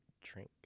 drink